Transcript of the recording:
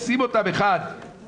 שים אותם אחד בצפון,